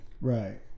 right